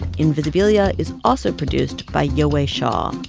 invisibilia is also produced by yowei shaw.